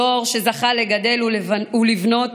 דור שזכה לגדל ולבנות